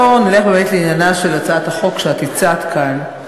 בואו נלך באמת לעניינה של הצעת החוק שאת הצעת כאן.